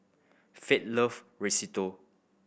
Faith loves Risotto